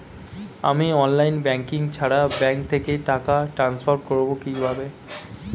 আমি online banking ছাড়া bank থেকে টাকা ট্রান্সফার করবো কিভাবে?